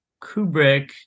Kubrick